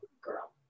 Girl